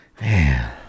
Man